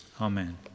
Amen